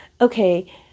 okay